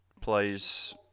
plays